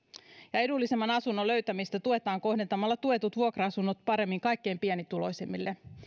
edullisemman asunnon löytämistä tuetaan kohdentamalla tuetut vuokra asunnot paremmin kaikkein pienituloisimmille